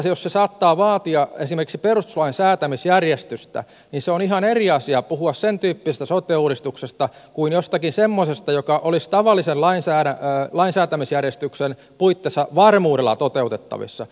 jos se saattaa vaatia esimerkiksi perustuslain säätämisjärjestystä niin on ihan eri asia puhua sentyyppisestä sote uudistuksesta kuin jostakin semmoisesta joka olisi tavallisen lainsäätämisjärjestyksen puitteissa varmuudella toteutettavissa